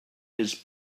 his